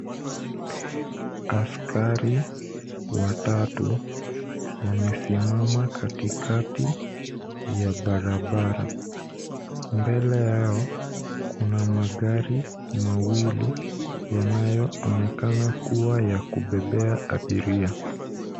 Askari watatu wamesimama katikati ya barabara. Mbele yao kuna magari mawili yanayoonekana kuwa ya kubebea abiria.